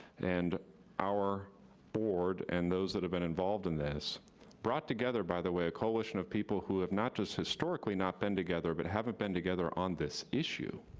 and our board and those that have been involved in this brought together by the way a coalition of people who have not just historically not been together, but haven't been together on this issue,